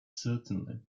certainly